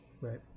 right